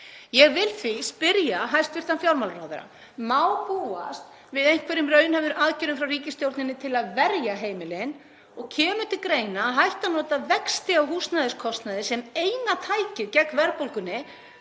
Ég vil því spyrja hæstv. fjármálaráðherra: Má búast við einhverjum raunhæfum aðgerðum frá ríkisstjórninni til að verja heimilin? Kemur til greina að hætta að nota vexti á húsnæðiskostnaði sem eina tækið gegn verðbólgunni,